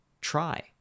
try